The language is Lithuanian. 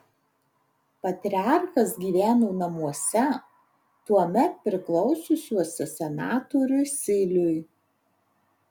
patriarchas gyveno namuose tuomet priklausiusiuose senatoriui siliui